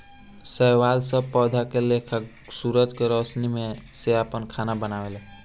शैवाल सब पौधा लेखा सूरज के रौशनी से आपन खाना बनावेला